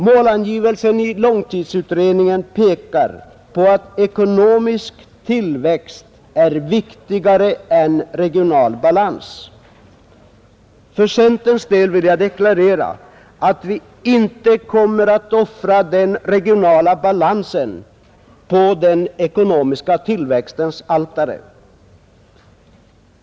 Målangivelsen i långtidsutredningen pekar på att ekonomisk tillväxt är viktigare än regional balans. För centerns del vill jag deklarera att vi inte kommer att offra den regionala balansen på den ekonomiska tillväxtens altare.